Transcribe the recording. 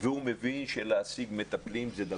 לא רק מבחינה לימודית פדגוגית,